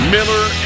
Miller